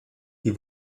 die